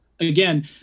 again